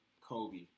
Kobe